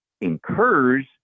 incurs